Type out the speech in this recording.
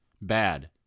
bad